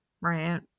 right